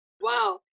wow